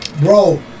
Bro